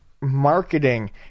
marketing